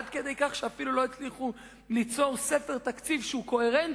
עד כדי כך שאפילו לא הצליחו ליצור ספר תקציב שהוא קוהרנטי,